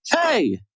Hey